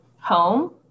home